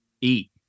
eat